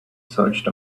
searched